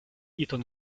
eton